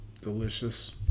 Delicious